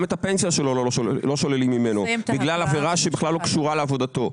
גם את הפנסיה שלו לא שוללים ממנו בגלל עבירה שבכלל לא קשורה לעבודתו.